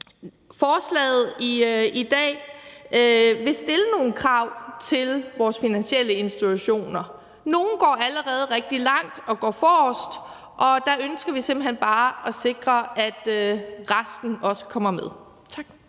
Forslaget i dag vil stille nogle krav til vores finansielle institutioner. Nogle går allerede rigtig langt og går forrest, og der ønsker vi simpelt hen bare at sikre, at resten også kommer med. Tak.